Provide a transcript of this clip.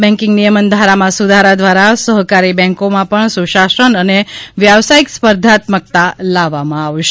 banking નિયમન ધારામાં સુધારા દ્વારા સહકારી બન્કોમાં પણ સુશાસન અને વ્યવાસાયિક સ્પર્ધાત્મકતા લાવવામાં આવશે